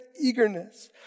eagerness